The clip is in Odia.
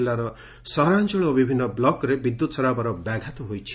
ଜିଲ୍ଲାର ସହରାଞ୍ଚଳ ଓ ବିଭିନ୍ନ ବ୍ଲକ୍ରେ ବିଦ୍ୟୁତ୍ ସରବରାହ ବ୍ୟାଘାତ ହୋଇଛି